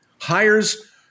hires